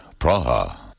Praha. (